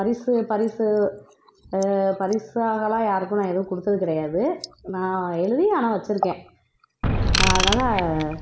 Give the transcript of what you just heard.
பரிசு பரிசு பரிசாகலாம் யாருக்கு நான் எதுவும் கொடுத்தது கிடையாது நான் எழுதி ஆனால் வச்சிருக்கேன் நான் அதனால